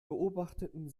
beobachteten